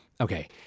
okay